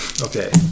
okay